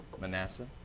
Manasseh